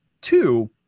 two